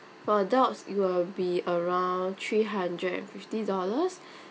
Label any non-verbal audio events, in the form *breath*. for adults it will be around three hundred and fifty dollars *breath*